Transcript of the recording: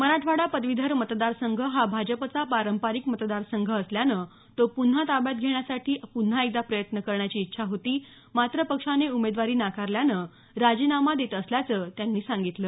मराठवाडा पदवीधर मतदारसंघ हा भाजपचा पारंपारिक मतदार संघ असल्यानं तो पुन्हा ताब्यात घेण्यासाठी प्न्हा एकदा प्रयत्न करण्याची इच्छा होती मात्र पक्षाने उमेदवारी नाकारल्यानं राजीनामा देत असल्याचं त्यांनी सांगितलं